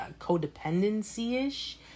codependency-ish